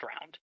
round